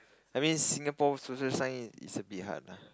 I mean Singapore social science is a bit hard lah